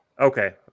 Okay